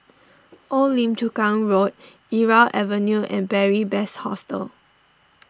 Old Lim Chu Kang Road Irau Avenue and Beary Best Hostel